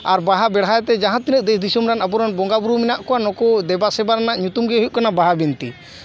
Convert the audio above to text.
ᱟᱨ ᱵᱟᱦᱟ ᱵᱮᱲᱦᱟᱭ ᱛᱮ ᱡᱟᱦᱟᱸ ᱛᱤᱱᱟᱹᱜ ᱫᱮᱥ ᱫᱤᱥᱳᱢ ᱨᱮᱱ ᱟᱵᱚ ᱨᱮᱱ ᱵᱚᱸᱜᱟᱼᱵᱩᱨᱩ ᱢᱮᱱᱟᱜ ᱠᱚᱣᱟ ᱱᱩᱠᱩ ᱫᱮᱵᱟ ᱥᱮᱵᱟ ᱨᱮᱱᱟᱜ ᱧᱩᱛᱩᱢ ᱜᱮ ᱦᱩᱭᱩᱜ ᱠᱟᱱᱟ ᱵᱟᱦᱟ ᱵᱤᱱᱛᱤ